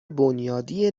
بنیادی